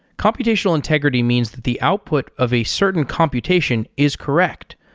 computational integrity means that the output of a certain computation is correct.